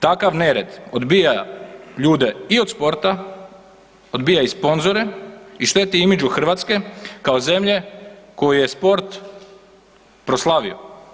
Takav nered odbija ljude i od sporta, odbija i sponzore i šteti imidžu Hrvatske kao zemlje koju je sport proslavio.